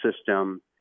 system